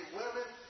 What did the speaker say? women